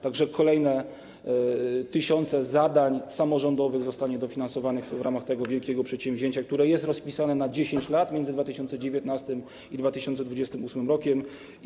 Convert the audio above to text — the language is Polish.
Tak że kolejne tysiące zadań samorządowych zostanie dofinansowanych w ramach tego wielkiego przedsięwzięcia, które jest rozpisane na 10 lat, między 2019 i 2028 r.